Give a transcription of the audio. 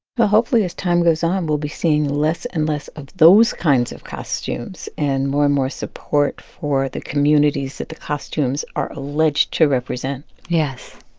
but hopefully, as time goes on, we'll be seeing less and less of those kinds of costumes and more and more support for the communities that the costumes are alleged to represent yes.